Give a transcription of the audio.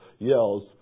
Yells